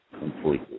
completely